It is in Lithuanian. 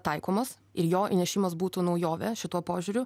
taikomas ir jo įnešimas būtų naujovė šituo požiūriu